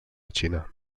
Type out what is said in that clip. xina